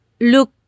look